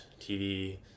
TV